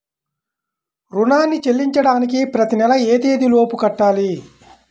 రుణాన్ని చెల్లించడానికి ప్రతి నెల ఏ తేదీ లోపు కట్టాలి?